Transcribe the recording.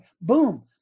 Boom